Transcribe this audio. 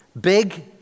Big